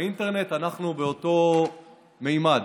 באינטרנט אנחנו באותו ממד.